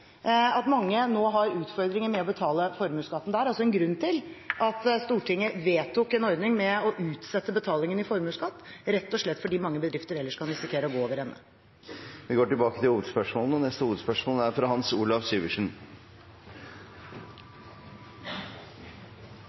at mange nå har utfordringer med å betale formuesskatten. Det er altså en grunn til at Stortinget vedtok en ordning med å utsette betalingen av formuesskatt, rett og slett fordi mange bedrifter ellers kan risikere å gå over ende. Vi går til neste hovedspørsmål.